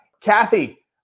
Kathy